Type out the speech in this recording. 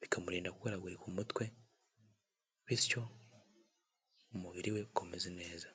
bikamurinda kurwaragurika umutwe bityo umubiri we ukaba umeze neza.